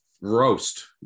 roast